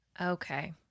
Okay